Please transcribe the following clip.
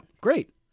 Great